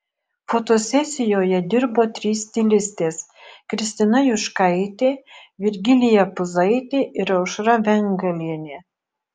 fotosesijoje dirbo trys stilistės kristina juškaitė virgilija puzaitė ir aušra vengalienė